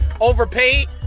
overpaid